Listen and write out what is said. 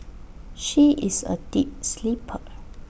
she is A deep sleeper